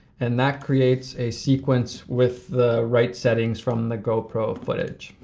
and that creates a sequence with the right settings from the go pro footage.